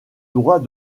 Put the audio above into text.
droit